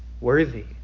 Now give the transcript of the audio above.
worthy